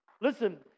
Listen